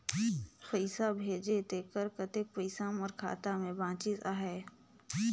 पइसा भेजे तेकर कतेक पइसा मोर खाता मे बाचिस आहाय?